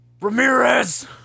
Ramirez